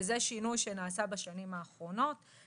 וזה שינוי שנעשה בשנים האחרונות.